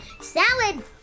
Salad